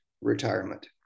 retirement